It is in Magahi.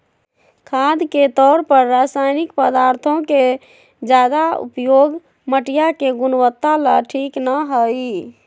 खाद के तौर पर रासायनिक पदार्थों के ज्यादा उपयोग मटिया के गुणवत्ता ला ठीक ना हई